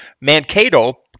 mankato